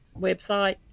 website